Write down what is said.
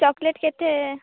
chocolate କେତେ